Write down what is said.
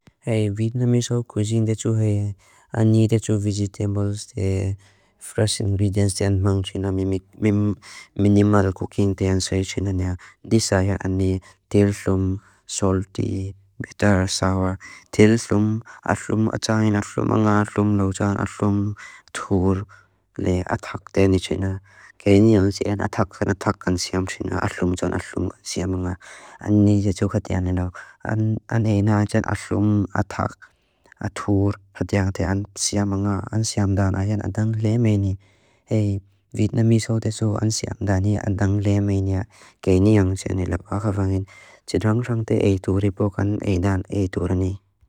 Hei, Vietnamese Home Cuisine dechu hei e. Ani dechu vegetables de fresh ingredients de an mang tchina. Minimal cooking de an say tchina nea. Disa hei ani til tlum, salty, bitter, sour. Til tlum, atlum, atayin atlum, anga atlum, loujan atlum, thur, le atak de ni tchina. Kei niyon sien atak kan atak kan siam tchina. Atlum jan atlum siam anga. Hei, Vietnamese Home Cuisine dechu hei e. Ani dechu vegetables de fresh ingredients de an mang tchina. Kei niyon sien atak kan atak kan siam tchina. Atlum jan atak kan siam tchina. Hei, Vietnamese Home Cuisine dechu hei e. Ani dechu vegetables de fresh ingredients de an mang tchina. Kei niyon sien atak kan atak kan siam tchina. Kei niyon sien atak kan siam tchina.